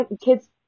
Kids